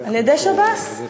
על-ידי שב"ס,